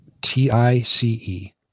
T-I-C-E